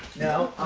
no,